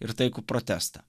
ir taikų protestą